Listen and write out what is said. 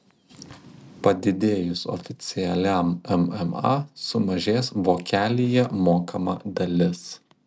padidėjus oficialiam mma sumažės vokelyje mokama dalis